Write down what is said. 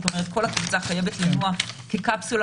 כל הקבוצה חייבת לנוע כקפסולה.